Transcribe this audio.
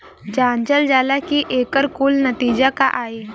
जांचल जाला कि एकर कुल नतीजा का आई